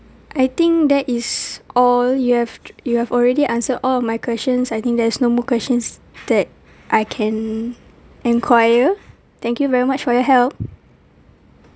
I think that is all you have you've already answered all of my questions I think there's no more questions that I can wnquire thank you very much for your help